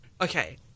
Okay